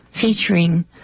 featuring